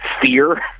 fear